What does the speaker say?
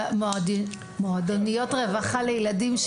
מועדוניות רווחה לילדים.